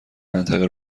منطقه